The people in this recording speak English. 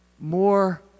more